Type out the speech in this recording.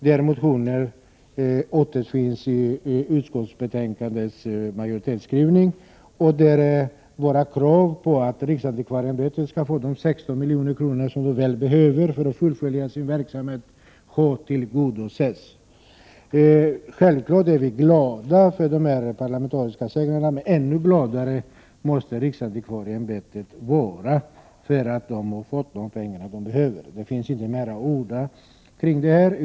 Vår motion återfinns i utskottets majoritetsskrivning, och vårt krav att riksantikvarieämbetet skall få de 16 milj.kr. som ämbetet väl behöver för att fullgöra sin verksamhet har tillgodosetts. Självfallet är vi glada för denna parlamentariska seger, men ännu gladare måste riksantikvarieämbetet vara för att man har fått de pengar man behöver. Det finns inte anledning att orda mer om detta.